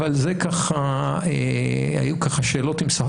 אבל זה ככה שאלות עם,